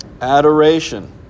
Adoration